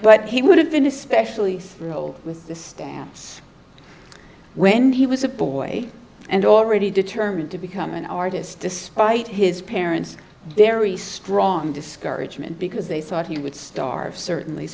but he would have been especially strolled with the stamps when he was a boy and already determined to become an artist despite his parents there e strong discouragement because they thought he would starve certainly